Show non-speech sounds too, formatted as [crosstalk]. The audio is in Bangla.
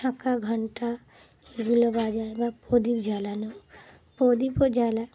[unintelligible] ঘণ্টা এগুলো বাজায় বা প্রদীপ জ্বালানো প্রদীপও জ্বালায়